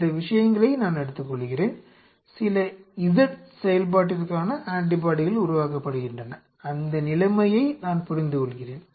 இந்த விஷயங்களை நான் எடுத்துக்கொள்கிறேன் சில z செயல்பாட்டிற்காக ஆன்டிபாடிகள் உருவாக்கப்படுகின்றன அந்த நிலைமையை நான் புரிந்துகொள்கிறேன்